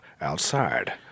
outside